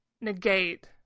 negate